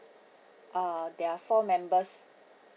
uh they are four members